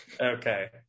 Okay